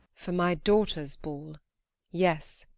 for my daughter's ball yes.